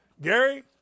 Gary